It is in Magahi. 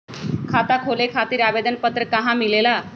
खाता खोले खातीर आवेदन पत्र कहा मिलेला?